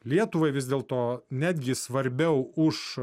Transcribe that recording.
lietuvai vis dėl to netgi svarbiau už